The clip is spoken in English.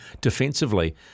defensively